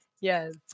Yes